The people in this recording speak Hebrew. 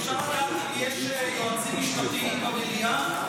אפשר לדעת אם יש יועצים משפטיים במליאה?